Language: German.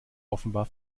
offenbar